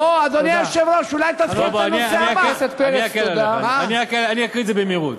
אני אקל עליך, אקריא את זה במהירות.